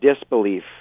disbelief